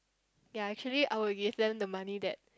ya actually I would give them the money that